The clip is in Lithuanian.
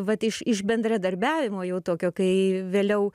vat iš iš bendradarbiavimo jau tokio kai vėliau